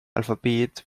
alphabet